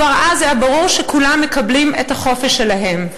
כבר אז היה ברור שכולם מקבלים את החופש שלהם.